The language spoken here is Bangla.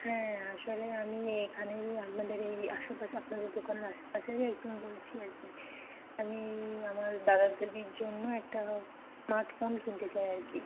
হ্যাঁ আসলে আমি এখানেরই আপনাদের এই আশেপাশে আপনাদের দোকানের আশপাশেরই একজন বলছি আর কি আমি আমার দাদা দিদির জন্য একটা স্মার্টফোন কিনতে চাই আর কি